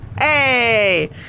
Hey